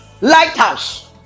Lighthouse